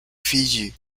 fiyi